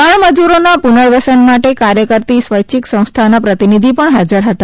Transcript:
બાળ મજુરોના પુર્નવસન માટે કાર્ય કરતી સ્વૈય્છીક સંસ્થાના પ્રતિનિધિ પણ હાજર હતા